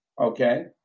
Okay